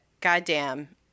goddamn